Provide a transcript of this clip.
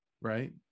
right